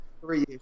Three